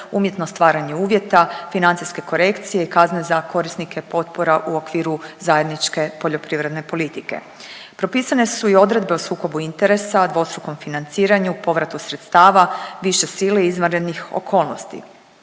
umjetno stvaranje uvjeta, financijske korekcije i kazne za korisnike potpora u okviru zajedničke poljoprivredne politike. Propisane su i odredbe o sukobu interesa, dvostrukom financiranju, povratu sredstava, više sile, izvanrednih okolnosti.